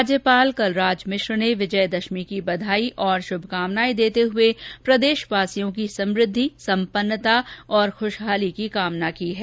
राज्यपाल कलराज मिश्र ने विजयादशमी की बंधाई और श्र्मकामनाएं देते हुए प्रदेशवासियों की समुद्धि सम्पन्नता और खुशहाली की कामना की है